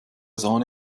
sahne